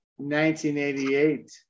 1988